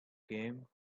came